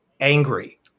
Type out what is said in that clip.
angry